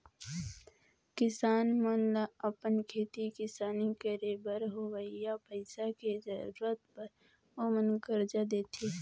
किसान मन ल अपन खेती किसानी करे बर होवइया पइसा के जरुरत बर ओमन करजा देथे